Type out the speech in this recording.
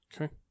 Okay